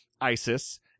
Isis